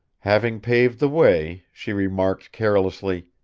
having paved the way she remarked carelessly